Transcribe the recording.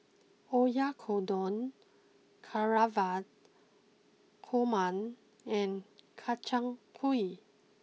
Oyakodon Navratan Korma and Kchang Gui